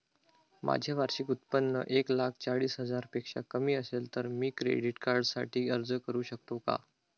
माझे वार्षिक उत्त्पन्न एक लाख चाळीस हजार पेक्षा कमी असेल तर मी क्रेडिट कार्डसाठी अर्ज करु शकतो का?